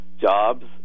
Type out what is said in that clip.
jobs